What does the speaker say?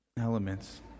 elements